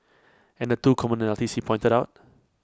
and the two commonalities he pointed out